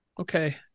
Okay